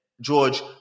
George